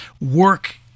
work